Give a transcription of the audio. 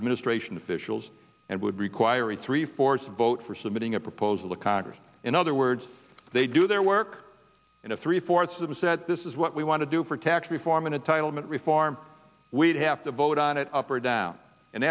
administration officials and would require a three fourths vote for submitting a proposal to congress in other words they do their work you know three fourths of them said this is what we want to do for tax reform and entitlement reform we'd have to vote on it up or down and